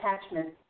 attachments